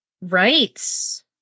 Right